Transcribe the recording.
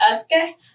Okay